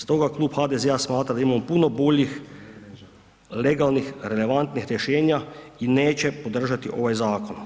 Stoga Klub HDZ-a smatra da imamo puno boljih, legalnih, relevantnih rješenja i neće podržati ovaj zakon.